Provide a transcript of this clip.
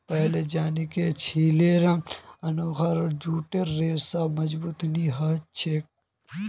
पहिलेल जानिह छिले अखना जूटेर रेशा मजबूत नी ह छेक